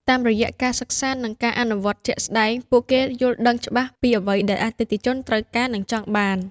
តាមរយៈការសិក្សា និងការអនុវត្តជាក់ស្តែង ពួកគេយល់ដឹងច្បាស់ពីអ្វីដែលអតិថិជនត្រូវការ និងចង់បាន។